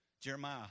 Jeremiah